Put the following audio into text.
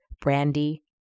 Brandy